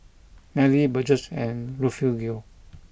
Nelly Burgess and Refugio